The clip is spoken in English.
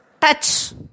touch